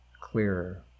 clearer